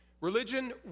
Religion